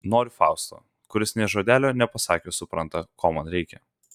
noriu fausto kuris nė žodelio nepasakius supranta ko man reikia